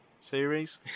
series